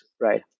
right